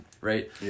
right